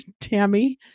Tammy